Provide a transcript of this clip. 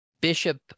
Bishop